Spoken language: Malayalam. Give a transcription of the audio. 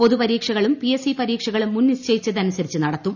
പൊതുപരീക്ഷകളും പിഎസ്സി പരീക്ഷകളും മുൻനിശ്ചയിച്ചതനു സരിച്ച് നടത്തും